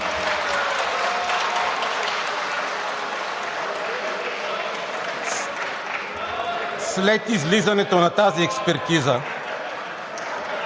След излизането на тази експертиза